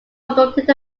adopted